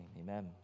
amen